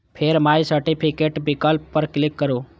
फेर my certificate विकल्प पर क्लिक करू